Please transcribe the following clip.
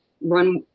run